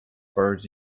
buried